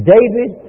David